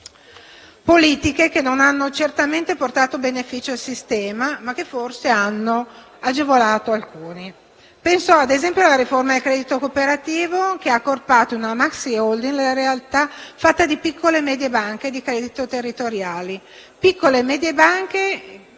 troppa fretta, non hanno certamente portato beneficio al sistema, ma forse hanno agevolato alcuni. Penso - ad esempio - alla riforma del credito cooperativo, che ha accorpato in una *maxiholding* una realtà fatta di piccole e medie banche di credito territoriali, che hanno